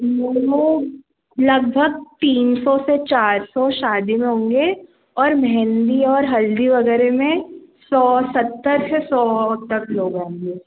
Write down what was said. लोग लगभग तीन सौ से चार सौ शादी में होंगे और मेहेंदी और हल्दी वगैरह में सौ सत्तर से सौ तक लोग होंगे